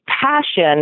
passion